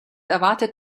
erwartet